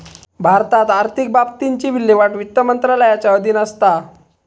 भारतात आर्थिक बाबतींची विल्हेवाट वित्त मंत्रालयाच्या अधीन असता